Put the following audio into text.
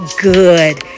good